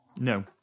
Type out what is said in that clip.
No